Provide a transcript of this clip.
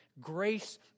grace